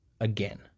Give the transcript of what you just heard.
again